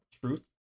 truth